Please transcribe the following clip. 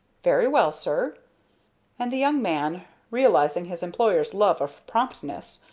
very well, sir and the young man, realizing his employer's love of promptness,